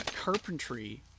carpentry